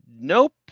nope